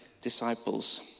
disciples